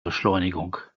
beschleunigung